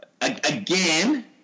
again